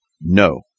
No